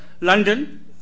London